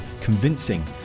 convincing